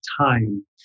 time